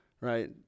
right